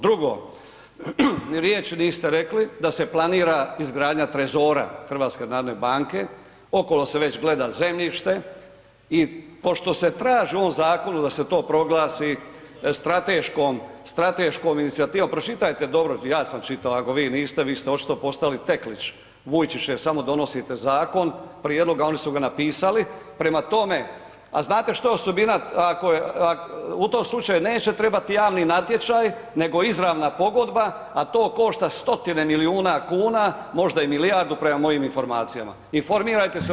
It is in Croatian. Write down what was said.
Drugo, ni riječi niste rekli da se planira izgradnja trezora HNB-a, okolo se već gleda zemljište i pošto se traži u ovom zakonu da se to proglasi strateškom, strateškom inicijativom, pročitajte dobro, ja sam čitao ako vi niste, vi ste očito postali teklić Vujčićev, samo donosite zakon, prijedloga, a oni su ga napisali, prema tome, a znate što je osobina ako je, u tom slučaju neće trebat javni natječaj nego izravna pogodba, a to košta stotine milijuna kuna, možda i milijardu prema mojim informacijama, informirajte se možda